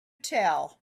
tell